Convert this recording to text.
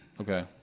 Okay